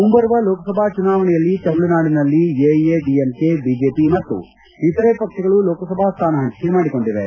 ಮುಂಬರುವ ಲೋಕಸಭಾ ಚುನಾವಣೆಯಲ್ಲಿ ತಮಿಳುನಾಡಿನಲ್ಲಿ ಎಐಎಡಿಎಂಕೆ ಬಿಜೆಪಿ ಮತ್ತು ಇತರೆ ಪಕ್ಷಗಳು ಲೋಕಸಭಾ ಸ್ಥಾನ ಹಂಚಿಕೆ ಮಾಡಿಕೊಂಡಿವೆ